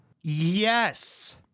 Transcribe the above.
Yes